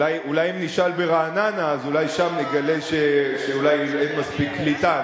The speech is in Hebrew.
אולי אם נשאל ברעננה אז אולי שם נגלה שאולי אין מספיק קליטה,